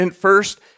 first